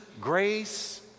grace